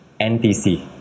NTC